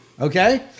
okay